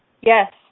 Yes